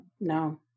No